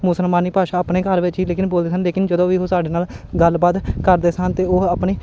ਮੁਸਲਮਾਨੀ ਭਾਸ਼ਾ ਆਪਣੇ ਘਰ ਵਿੱਚ ਹੀ ਲੇਕਿਨ ਬੋਲਦੇ ਸਨ ਲੇਕਿਨ ਜਦੋਂ ਵੀ ਉਹ ਸਾਡੇ ਨਾਲ ਗੱਲਬਾਤ ਕਰਦੇ ਸਨ ਅਤੇ ਉਹ ਆਪਣੀ